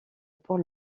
pour